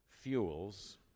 fuels